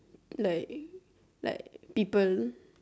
like like people